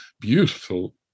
Beautiful